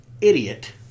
idiot